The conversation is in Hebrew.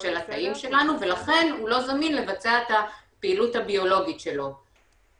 של התאים שלנו ולכן הוא לא זמין לבצע את הפעילות הביולוגית שלו.